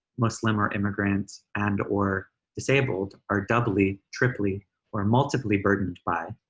muslim or immigrants and or disabled are doubly, triply or multiply be burdened by,